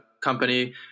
company